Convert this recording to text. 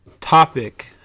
topic